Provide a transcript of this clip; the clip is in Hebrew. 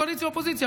קואליציה-אופוזיציה,